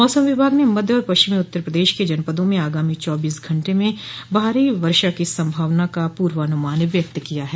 मौसम विभाग ने मध्य और पश्चिमी उत्तर प्रदेश के जनपदों में आगामी चौबीस घंटे में भारी वर्षा की संभावना का पूर्वानूमान व्यक्त किया है